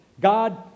God